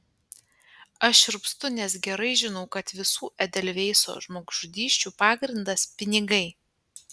aš šiurpstu nes gerai žinau kad visų edelveiso žmogžudysčių pagrindas pinigai